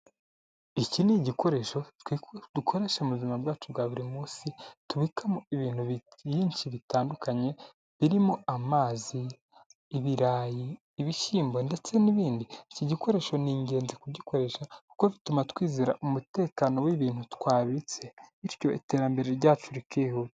Iki ni igikoresho twe dukoreshe mu buzima bwacu bwa buri munsi, tubikamo ibintu byinshi bitandukanye, birimo amazi, ibirayi, ibishyimbo, ndetse n'ibindi, iki gikoresho ni ingenzi kugikoresha, kuko bituma twizera umutekano w'ibintu twabitse, bityo iterambere ryacu rikihuta.